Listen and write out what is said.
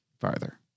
farther